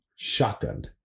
shotgunned